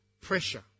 pressure